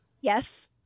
Yes